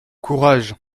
courage